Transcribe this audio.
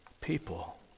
people